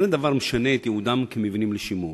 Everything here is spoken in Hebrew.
זה לא משנה את ייעודם כמבנים לשימור.